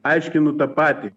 aiškinu tą patį